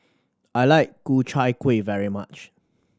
I like Ku Chai Kuih very much